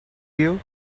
you